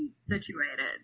situated